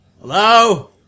Hello